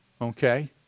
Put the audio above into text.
Okay